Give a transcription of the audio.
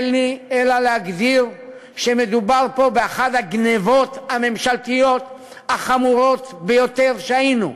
אין לי אלא להגדיר שמדובר פה באחת הגנבות הממשלתיות החמורות ביותר שהיו.